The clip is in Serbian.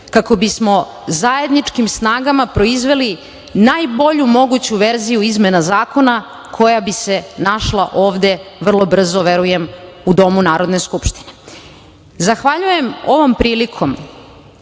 kako bismo zajedničkim snagama proizveli najbolju moguću verziju izmena zakona koja bi se našla ovde vrlo brzo, verujem, u Domu Narodne skupštine. Zahvaljujem ovom prilikom